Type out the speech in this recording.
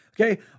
Okay